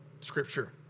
Scripture